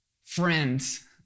Friends